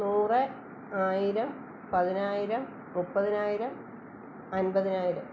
നൂറ് ആയിരം പതിനായിരം മുപ്പതിനായിരം അൻപതിനായിരം